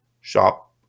shop